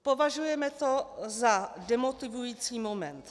Považujeme to za demotivující moment.